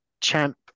champ